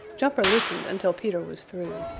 jumper listened until peter was through.